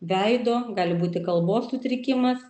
veido gali būti kalbos sutrikimas